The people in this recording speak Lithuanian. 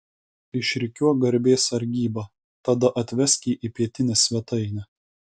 išrikiuok garbės sargybą tada atvesk jį į pietinę svetainę